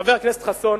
חבר הכנסת חסון,